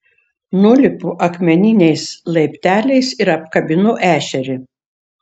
nulipu akmeniniais laipteliais ir apkabinu ešerį